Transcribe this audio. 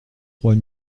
trois